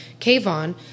Kayvon